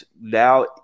now